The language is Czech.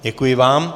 Děkuji vám.